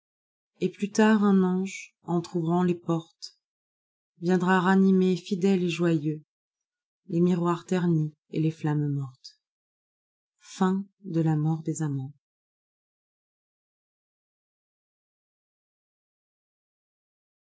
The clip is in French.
et plus tard un ange cntr'ouvrant les portes viendra ranimer fidèle et joyeux les miroirs ternis et les flammes mortea